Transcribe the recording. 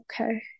okay